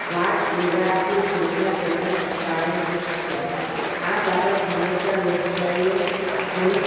વાદ વિવાદ કે ચૂંટણી પ્રચાર કારણભૂત છે આ બાબત હંમેશાં લોકશાહીઓ અને